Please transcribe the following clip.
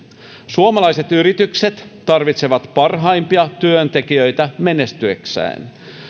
suomalaiset yritykset tarvitsevat parhaimpia työntekijöitä menestyäkseen